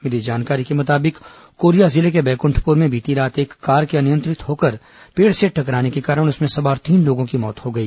मिली जानकारी के मुताबिक कोरिया जिले के बैकंठपुर में बीती रात एक कार के नियंत्रित होकर पेड़ से टकराने के कारण उसमें सवार तीन लोगों की मौत हो गई